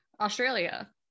Australia